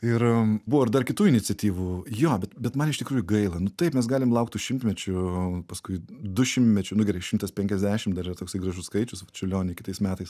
ir buvo ir dar kitų iniciatyvų jo bet bet man iš tikrųjų gaila nu taip mes galim laukt tų šimtmečių paskui dušimtmečių nu gerai šimtas penkiasdešim dar yra toksai gražus skaičius vat čiurlioniui kitais metais